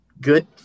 good